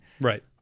Right